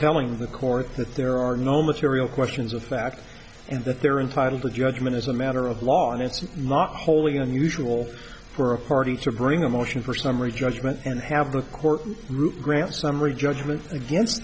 telling the court that there are no material questions of fact and that they're entitled to judgment as a matter of law and it's not wholly unusual for a party to bring a motion for summary judgment and have the court grant summary judgment against